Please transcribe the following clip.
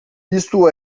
isto